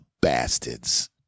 bastards